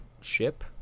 ship